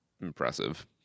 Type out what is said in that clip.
impressive